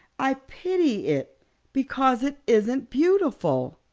i pity it because it isn't beautiful.